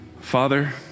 Father